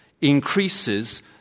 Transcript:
increases